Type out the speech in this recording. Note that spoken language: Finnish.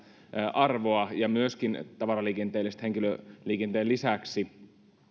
arvoa ja myöskin tavaraliikenteellistä henkilöliikenteen lisäksi